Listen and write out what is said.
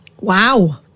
Wow